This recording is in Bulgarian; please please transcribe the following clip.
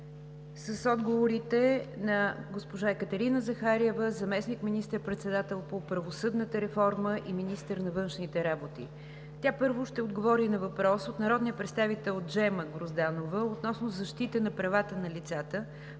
с отговорите на госпожа Екатерина Захариева – заместник министър-председател по правосъдната реформа и министър на външните работи. Първо ще отговори на въпрос от народния представител Джема Грозданова относно защита на правата на лицата,